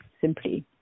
simply